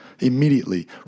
immediately